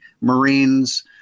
Marines